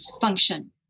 function